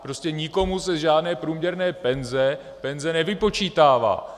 Prostě nikomu se z žádné průměrné penze penze nevypočítává.